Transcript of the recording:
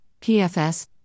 PFS